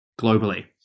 globally